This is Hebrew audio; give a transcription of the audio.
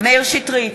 מאיר שטרית,